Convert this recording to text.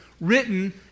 written